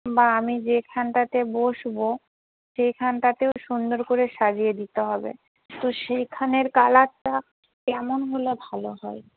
বা আমি যেখানটাতে বসব সেইখানটাতেও সুন্দর করে সাজিয়ে দিতে হবে তো সেখানের কালারটা কেমন হলে ভালো হয়